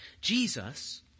Jesus